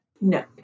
No